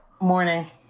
Morning